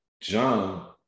John